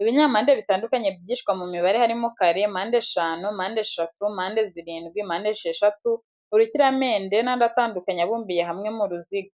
Ibinyampande bitandukanye byigishwa mu mibare harimo kare, mpandeshanu, mpandeshatu, mpande zirindwi, mpandesheshatu, urukiramende n'andi atandukanye abumbiye hamwe mu ruziga.